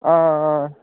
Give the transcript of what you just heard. हां हां